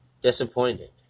disappointed